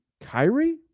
Kyrie